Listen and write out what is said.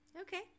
okay